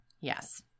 Yes